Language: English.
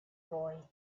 boy